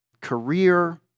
career